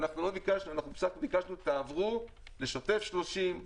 ואנחנו בסך הכול ביקשנו: תעברו לשוטף 30,